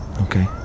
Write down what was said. Okay